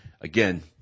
again